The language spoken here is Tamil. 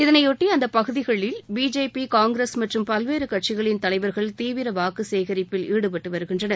இதனையொட்டி அந்தப் பகுதிகளில் பிஜேபி காங்கிரஸ் மற்றும் பல்வேறு கட்சிகளின் தலைவர்கள் தீவிர வாக்கு சேகரிப்பில் ஈடுபட்டு வருகின்றனர்